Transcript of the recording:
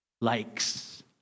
likes